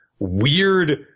Weird